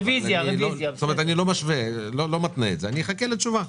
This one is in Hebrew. אני לא מתנה את זה, אני אחכה לתשובה.